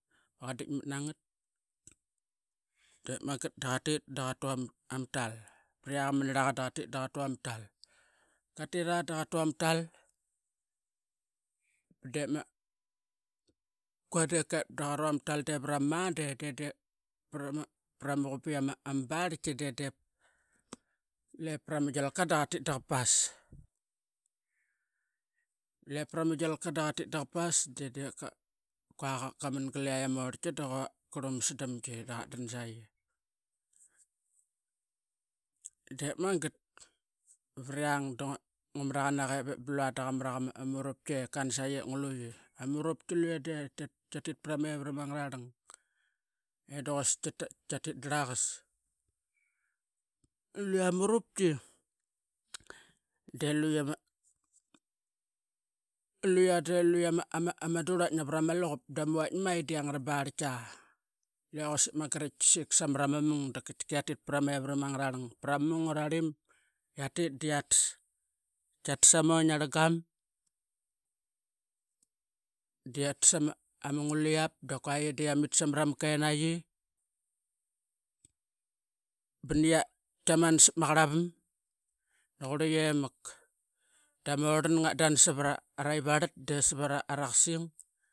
Baqa diatmat nanget dep manget daqatit daqa tu ama tal priak ama niraqa daqatit daqa tu ama tal katitra daqa tu ama tal dep kualep ket daqa tu ama tal dequa varama monday dedip prama qubiama barlki dedip leprama gilka daqatit daqapas dedip quaqaran glama orlki. Daqa wamasdamgi daqa dansaqi manget priang dungua maraqanaqa ivep blua maqa ama murupki ip kansaqi ip nguluqi ama murupki luiya deqatit prama evaram a ngrarang eduquasik qiatit draqas. Luiya ama murupki deluiya ama de luiya ama. Turiak navara malaqup dama viak mai dianga rabarlki lu iya de quasik manget ip kiakisk. Samara mamung dapkiatit kiat prama evaram angarang. Prama mung angararim kiatit diatas oing angarangam diatas ama nguliap dap qua ee deya mit samatana keniyi bania aman sapma qarapka daqure yemak dama oran ngatdan savara yivarat de savara qasing.